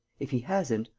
if he hasn't,